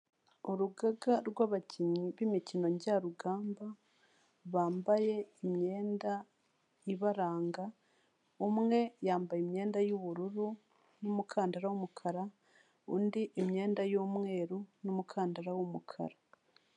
Urugaga rw'abakinnyi b'imikino njyarugamba bambaye imyenda ibaranga, umwe yambaye imyenda y'ubururu n'umukandara w'umukara, undi imyenda y'umweru n'umukandara w'umukara.